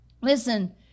listen